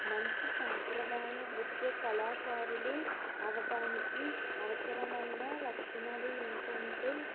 మంచి సాంప్రదాయ నృత్య కళాకారులు అవడానికి అవసరమైన లక్షణాలు ఏంటంటే